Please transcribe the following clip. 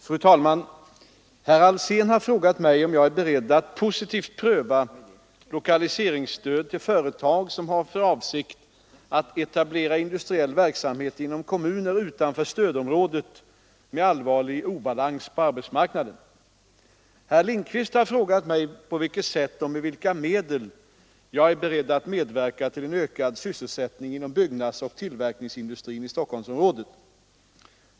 Fru talman! Herr Alsén har frågat mig, om jag är beredd att positivt pröva lokaliseringsstöd till företag som har för avsikt att etablera industriell verksamhet inom kommuner utanför stödområdet med allvarlig obalans på arbetsmarknaden. Herr Lindkvist har frågat mig på vilket sätt och med vilka medel jag är beredd att medverka till en ökad sysselsättning inom byggnadsoch tillverkningsindustrin i Stockholmsområdet.